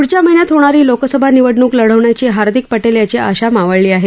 पुढच्या महिन्यात होणारी लोकसभा निवडणूक लढवण्याची हार्दिक पटेल याची आशा मावळली आहे